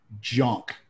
junk